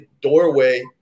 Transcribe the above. doorway